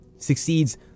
succeeds